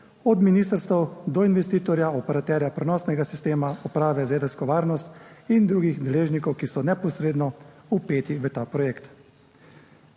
od ministrstev do investitorja, operaterja prenosnega sistema, Uprave za jedrsko varnost in drugih deležnikov, ki so neposredno vpeti v ta projekt,